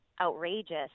outrageous